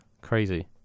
crazy